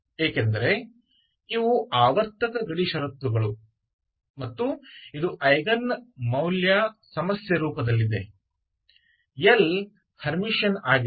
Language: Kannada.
ಏಕೆಂದರೆ ಇವು ಆವರ್ತಕ ಗಡಿ ಷರತ್ತು ಗಳು ಮತ್ತು ಇದು ಐಗನ್ ಮೌಲ್ಯ ಸಮಸ್ಯೆ ರೂಪದಲ್ಲಿದೆ L ಹರ್ಮಿಟಿಯನ್ ಆಗಿದೆ